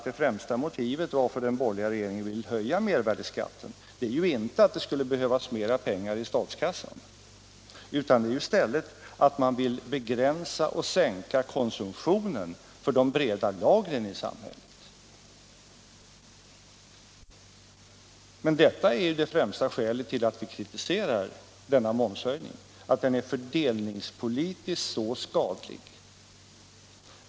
Det främsta motivet till att den borgerliga regeringen vill höja mervärdeskatten är f. ö. inte att det skulle behövas mera pengar i statskassan, utan det är i stället att man vill begränsa konsumtionen och sänka standarden för de breda lagren i samhället. Det främsta skälet till att vi kritiserar momshöjningen är ju att den är fördelningspolitiskt så skadlig.